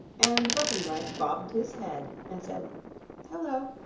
and button-bright bobbed his head and said hello.